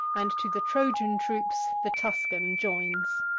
and to the trojan troops the tuscan joins.